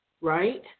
Right